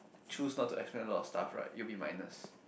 choose not to explain a lot of stuff right it will be minus